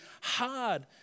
hard